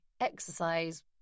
exercise